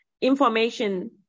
information